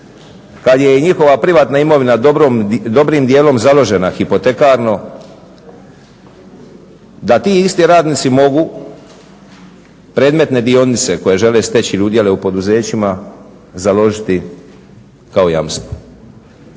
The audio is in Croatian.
kad je i njihova privatna imovina dobrim dijelom založena hipotekarno da ti isti radnici mogu predmetne dionice koje žele steći ili udjele u poduzećima založiti kao jamstvo.